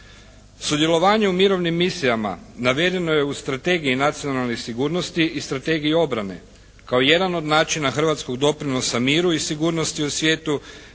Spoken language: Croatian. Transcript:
Sudjelovanje u mirovnim misijama navedeno je u strategiji nacionalnih sigurnosti i strategiji obrane kao jedan od načina hrvatskog doprinosa miru i sigurnosti u svijetu